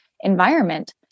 environment